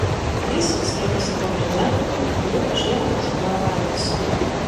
jis slėpėsi po brezentu kuriuo žiemai užkloja valtis